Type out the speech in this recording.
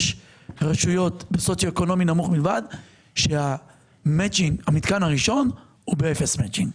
יש רשויות בסוציו אקונומי נמוך בלבד שהמיתקן הראשון הוא באפס מצ'ינג.